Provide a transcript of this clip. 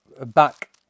back